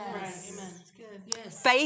Faith